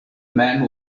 man